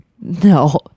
no